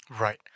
Right